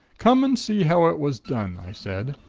come and see how it was done, i said,